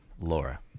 Laura